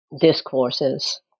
discourses